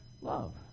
Love